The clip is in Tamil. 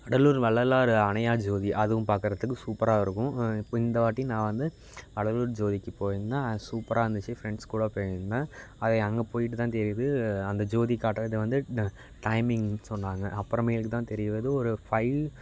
வடலூர் வள்ளலார் அணையா ஜோதி அதுவும் பார்க்கறதுக்கு சூப்பராக இருக்கும் இப்போ இந்த வாட்டி நான் வந்து வடலூர் ஜோதிக்குப் போய்ருந்தேன் சூப்பராக இருந்துச்சு ஃப்ரெண்ட்ஸ் கூட போய்ருந்தேன் அதே அங்கே போய்ட்டு தான் தெரியுது அந்த ஜோதி காட்டுறது வந்து டைமிங்குனு சொன்னாங்க அப்புறமேலுக்கு தான் தெரியவருது ஒரு ஃபைவ்